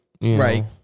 Right